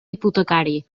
hipotecari